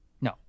No